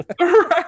right